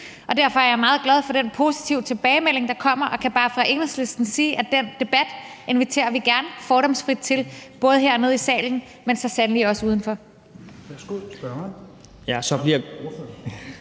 Derfor er jeg meget glad for den positive tilbagemelding, der kommer, og jeg kan bare fra Enhedslisten sige, at den debat inviterer vi gerne fordomsfrit til, både hernede i salen, men så sandelig også uden for.